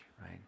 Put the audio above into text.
right